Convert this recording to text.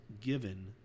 given